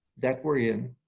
that we're in.